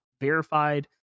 verified